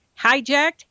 hijacked